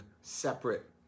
separate